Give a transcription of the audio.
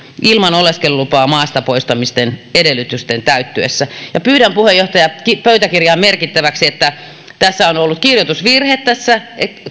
ilman oleskelulupaa maasta poistamisen edellytysten täyttyessä pyydän puheenjohtaja pöytäkirjaan merkittäväksi että tässä on ollut kirjoitusvirhe tässä